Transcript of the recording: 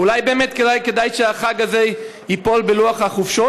אולי באמת כדאי שהחג הזה ייפול בלוח החופשות?